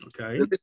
Okay